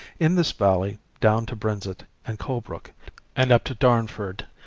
in this valley down to brenzett and colebrook and up to darnford,